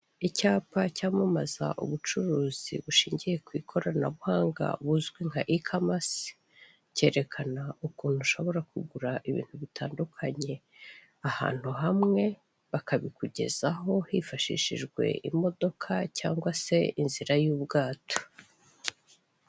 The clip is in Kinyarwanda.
Icyapa cyamamaza ubucuruzi bushingiye ku ikoranabuhanga buzwi nka ekamasi, kerekana ukuntu ushobora kugura ibintu bitandukanye ahantu hamwe, bakabikugezaho hifashishijwe imodoka cyangwa se inzira y'ubwato.